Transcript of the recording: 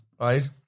right